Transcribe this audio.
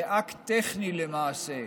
זה אקט טכני, למעשה,